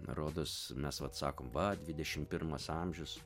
rodos mes vat sakom va dvidešimt pirmas amžius